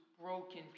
broken